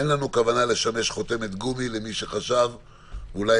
אין לנו כוונה לשמש חותמת גומי למי שחשב כך.